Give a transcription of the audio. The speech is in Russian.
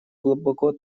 глубоко